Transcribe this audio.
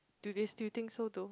do they still think so though